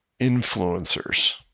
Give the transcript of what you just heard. influencers